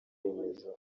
remezo